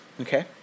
okay